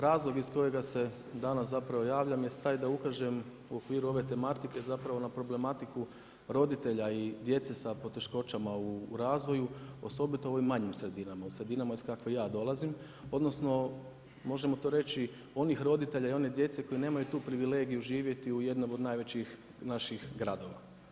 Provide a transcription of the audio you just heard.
Razlog iz kojega se danas zapravo javljam jest taj da ukažem u okviru ove tematike zapravo na problematiku roditelja i djece sa poteškoćama u razvoju osobito u ovim manjim sredinama, u sredinama iz kakve ja dolazim, odnosno možemo to reći onih roditelja i one djece koji nemaju tu privilegiju živjeti u jednom od najvećih naših gradova.